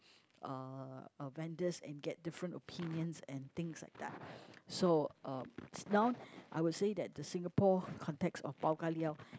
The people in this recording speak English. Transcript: uh vendors and get different opinions and things like that so um now I would say that Singapore context of pau-ka-liao